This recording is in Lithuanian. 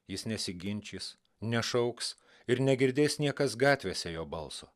jis nesiginčys nešauks ir negirdės niekas gatvėse jo balso